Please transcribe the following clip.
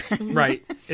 Right